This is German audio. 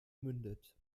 mündet